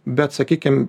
bet sakykim